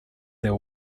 their